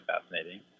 fascinating